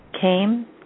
came